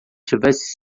tivesse